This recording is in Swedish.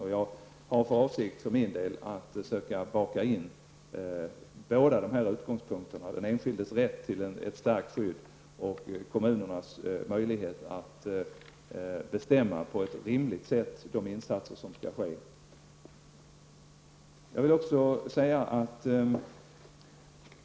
Jag har för avsikt att försöka baka in båda dessa utgångspunkter, dvs. den enskildes rätt till ett starkt skydd och kommunernas möjligheter att på ett rimligt sätt bestämma de insatser som skall göras.